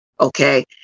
Okay